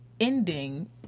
ending